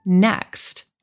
Next